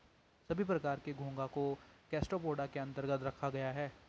सभी प्रकार के घोंघा को गैस्ट्रोपोडा के अन्तर्गत रखा गया है